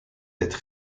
êtes